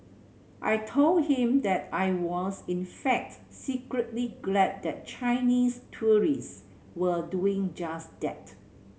I told him that I was in fact secretly glad that Chinese tourists were doing just that